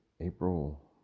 April